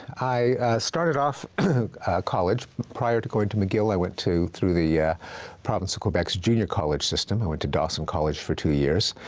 i started off college prior to going to mcgill i went to, through the province of quebec's junior college system, i sent to dawson college for two years.